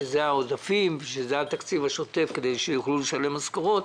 שזה העודפים והתקציב השוטף כדי שיוכלו לשלם משכורות,